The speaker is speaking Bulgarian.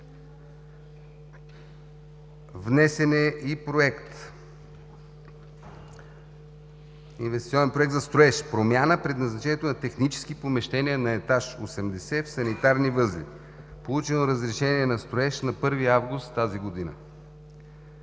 Внесен е и инвестиционен проект за строеж за промяна предназначението на технически помещения на етаж 80 в санитарни възли. Получено е разрешение на строеж на 1 август тази година.